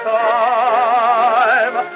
time